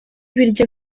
ibiryo